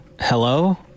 Hello